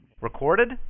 Recorded